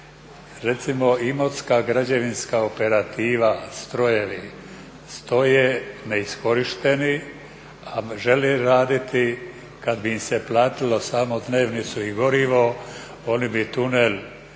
Recimo Imotska građevinska operativa, strojevi stoje neiskorišteni, a žele raditi kad bi im se platimo samo dnevnicu i gorivo, oni bi tunel